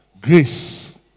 grace